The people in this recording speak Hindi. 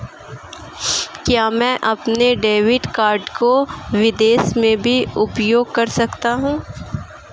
क्या मैं अपने डेबिट कार्ड को विदेश में भी उपयोग कर सकता हूं?